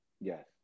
Yes